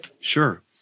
Sure